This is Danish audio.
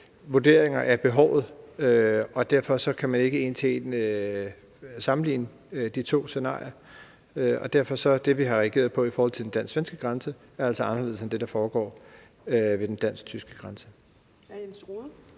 vurderinger af behovet, og derfor kan man ikke sådan en til en sammenligne de to scenarier, og derfor er de ting, som vi har reageret på i forhold til den dansk-svenske grænse, altså anderledes end det, der foregår ved den dansk-tyske grænse.